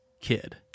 kid